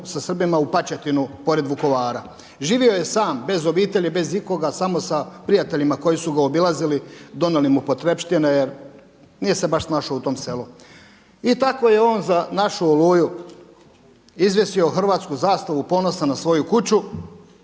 sa Srbima u Pačetinu pored Vukovara. Živio je sam bez obitelji, bez ikoga samo sa prijateljima koji su ga obilazili, donijeli mu potrepštine jer nije se baš snašao u tom selu. I tako je on za našu „Oluju“ izvjesio hrvatsku zastavu ponosan na svoju kuću